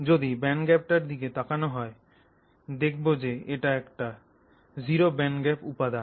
যদি ব্যান্ডগ্যাপ টার দিকে তাকানো হয় দেখবো যে এটা একটা জিরো ব্যান্ড গ্যাপ উপাদান